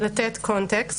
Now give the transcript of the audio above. אני רוצה לתת קונטקסט.